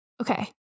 Okay